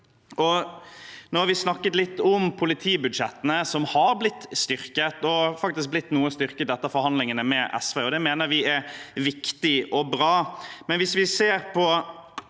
Nå har vi snakket litt om politibudsjettene, som har blitt styrket, og faktisk også noe styrket etter forhandlingene med SV. Det mener vi er viktig og bra. Likevel: Hvis vi ser på